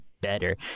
Better